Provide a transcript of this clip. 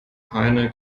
keine